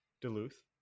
Duluth